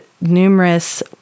numerous